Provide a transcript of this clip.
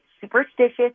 superstitious